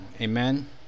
Amen